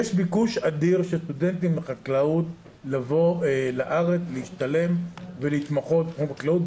יש ביקוש אדיר של סטודנטים לחקלאות לבוא לארץ להשתלם ולהתמחות בחקלאות,